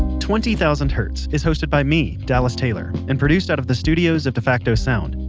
twenty thousand hertz is hosted by me, dallas taylor, and produced out of the studios of defacto sound,